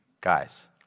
Guys